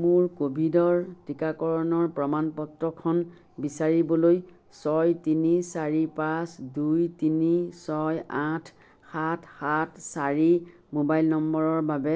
মোৰ ক'ভিডৰ টিকাকৰণৰ প্ৰমাণ পত্ৰখন বিচাৰিবলৈ ছয় তিনি চাৰি পাঁচ দুই তিনি ছয় আঠ সাত সাত চাৰি মোবাইল নম্বৰৰ বাবে